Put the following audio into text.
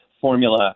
formula